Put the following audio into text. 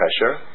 pressure